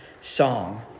song